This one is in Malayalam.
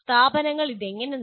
സ്ഥാപനങ്ങൾ ഇത് എങ്ങനെ നേടി